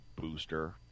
Booster